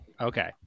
Okay